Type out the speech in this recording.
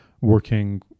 working